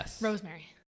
Rosemary